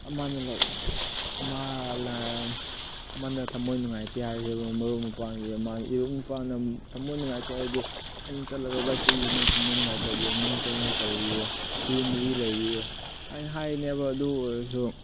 ꯑꯃꯅ ꯂꯥꯏꯛ ꯑꯃꯅ ꯑꯃꯅ ꯊꯃꯣꯏ ꯅꯨꯡꯉꯥꯏꯇꯦ ꯍꯥꯏꯔꯁꯦꯕ ꯃꯔꯨꯞ ꯃꯄꯥꯡꯒꯤ ꯑꯃ ꯏꯔꯨꯞ ꯏꯄꯥꯡꯅ ꯊꯃꯣꯏ ꯅꯨꯡꯉꯥꯏꯇꯦ ꯍꯥꯏꯔꯗꯤ ꯑꯩꯅ ꯆꯠꯂꯒ ꯚꯥꯏ ꯀꯔꯤꯒꯤꯅꯣ ꯊꯃꯣꯏ ꯅꯨꯡꯉꯥꯏꯇꯕꯗꯣ ꯅꯪ ꯀꯔꯃꯥꯏ ꯇꯧꯔꯤꯔ ꯀꯔꯤ ꯃꯔꯝ ꯂꯩꯕꯩꯅꯣ ꯍꯥꯏꯅ ꯍꯥꯏꯅꯦꯕ ꯑꯗꯨ ꯑꯣꯏꯔꯁꯨ